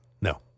No